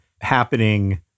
happening